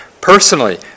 Personally